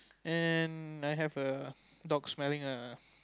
and I have a dogs smelling a